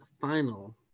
final